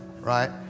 right